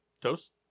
Toast